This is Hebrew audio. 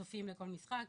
צופים לכל משחק,